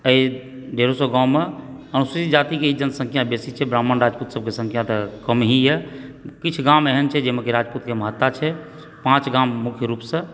एहि डेढ़ सए गाममे हसूरी जातिके ही जनसंख्या बेसी छै ब्राह्मण राजपूत सबकेँ संख्या तऽ कम ही यऽ किछ गाम एहन छै जाहिमे कि राजपूतके महत्ता छै पाँच गाम मुख्य रूपसँ